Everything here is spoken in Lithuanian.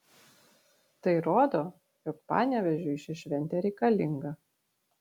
tai rodo jog panevėžiui ši šventė reikalinga